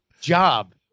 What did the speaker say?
job